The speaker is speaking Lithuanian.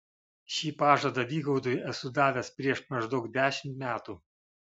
šį pažadą vygaudui esu davęs prieš maždaug dešimt metų